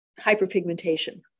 hyperpigmentation